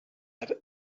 had